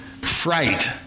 fright